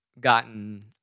gotten